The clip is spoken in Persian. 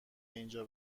اینجا